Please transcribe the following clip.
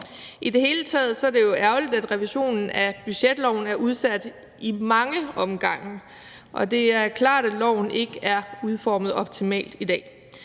i det hele taget ærgerligt, at revisionen af budgetloven er blevet udsat i mange omgange, for det er klart, at loven ikke er udformet optimalt i dag.